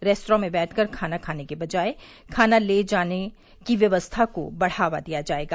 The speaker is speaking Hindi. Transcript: रेस्त्रां में बैठकर खाना खाने की बजाय खाना ले कर जाने की व्यवस्था को बढ़ावा दिया जाएगा